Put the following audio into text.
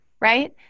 right